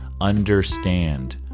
understand